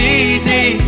easy